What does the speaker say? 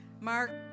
Mark